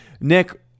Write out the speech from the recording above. Nick